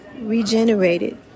regenerated